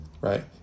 Right